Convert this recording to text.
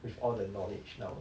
with all the knowledge now